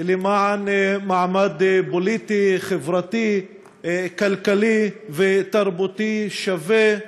למען מעמד פוליטי, חברתי, כלכלי ותרבותי שווה,